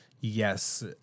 yes